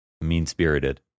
mean-spirited